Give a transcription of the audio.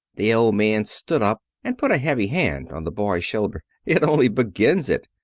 the old man stood up and put a heavy hand on the boy's shoulder. it only begins it.